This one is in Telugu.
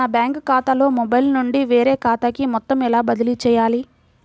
నా బ్యాంక్ ఖాతాలో మొబైల్ నుండి వేరే ఖాతాకి మొత్తం ఎలా బదిలీ చేయాలి?